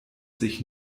sich